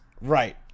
Right